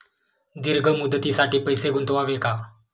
दीर्घ मुदतीसाठी पैसे गुंतवावे का?